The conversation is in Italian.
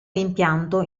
rimpianto